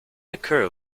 occur